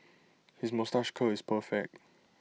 his moustache curl is perfect